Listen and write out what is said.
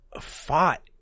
fought